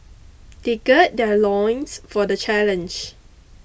they gird their loins for the challenge